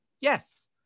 Yes